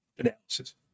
analysis